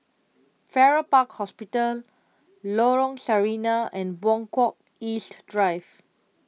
Farrer Park Hospital Lorong Sarina and Buangkok East Drive